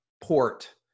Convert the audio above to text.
port